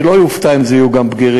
אני לא אופתע אם אלה יהיו גם בגירים,